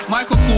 Michael